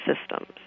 systems